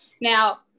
now